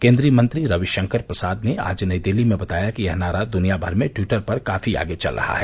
केन्द्रीय मंत्री रविशंकर प्रसाद ने आज नई दिल्ली में बताया कि यह नारा द्वनिया भर में ट्वीटर पर काफी आगे चल रहा है